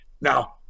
Now